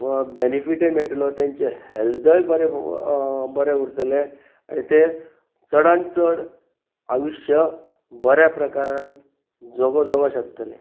बेनिफिटय मेळटलो तेंचे हेल्दय बरें बरें उरतले आनी ते चडान चड आयुश्य बऱ्या प्रकारान जगो जगो शकतले